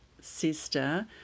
sister